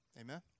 Amen